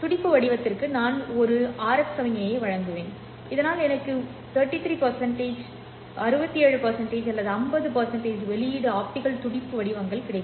துடிப்பு வடிவத்திற்கு நான் ஒரு RF சமிக்ஞையை வழங்குவேன் இதனால் எனக்கு 33 67 அல்லது 50 வெளியீடு ஆப்டிகல் துடிப்பு வடிவங்கள் கிடைக்கும்